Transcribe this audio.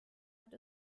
hat